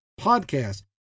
podcast